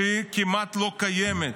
כשהיא כמעט לא קיימת,